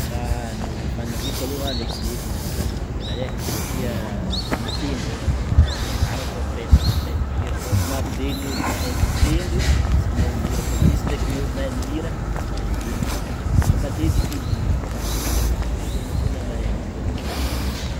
Raha ny fagniriko aloha alekoleko mianatra mihira e, satria mitendry zegny agnie afaka hianarana fô après anao kaofa mahay mihira fô maro be ny ôlo mahe mitendry tsy mahay mihira fo misy ndreky ny ôlo mahay mihira tsy mahay mitendry fa fo matetiky izy raha aroy miaraka satria matoa anao mahe mihira zegny mahe mitendry fô